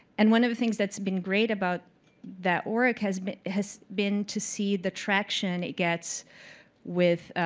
and one of the things that's been great about that work has has been to see the traction it gets with,